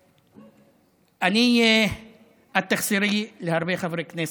את תחסרי להרבה חברי כנסת.